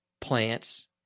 plants